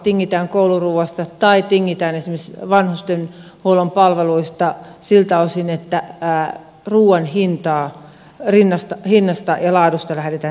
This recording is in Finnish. tingitään kouluruuasta tai tingitään esimerkiksi vanhustenhuollon palveluista siltä osin että ruuan hinnasta ja laadusta lähdetään tinkimään